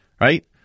Right